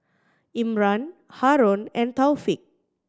Imran Haron and Taufik